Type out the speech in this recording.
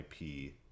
IP